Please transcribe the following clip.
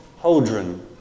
Holdren